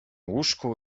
łóżku